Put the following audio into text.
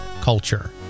culture